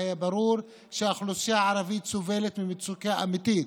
והיה ברור שהאוכלוסייה הערבית סובלת ממצוקה אמיתית.